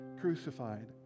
crucified